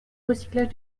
recyclage